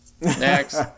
next